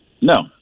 No